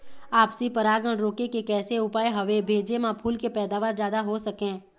आपसी परागण रोके के कैसे उपाय हवे भेजे मा फूल के पैदावार जादा हों सके?